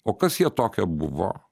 o kas jie tokie buvo